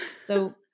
So-